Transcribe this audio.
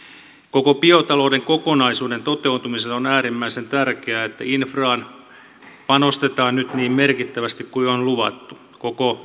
koko biotalouden kokonaisuuden toteutumiselle on äärimmäisen tärkeää että infraan panostetaan nyt niin merkittävästi kuin on luvattu koko